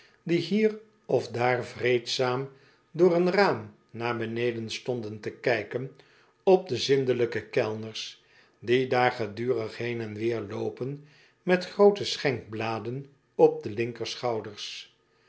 die hier of daar vreedzaam door een raam naar beneden stonden te kijken op de zindelijke keil n er s die daar gedurig heen en weer loopen met groote schenkbladen op de